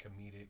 comedic